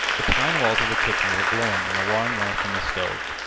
the pine walls of the kitchen were glowing in the warm light from the stove.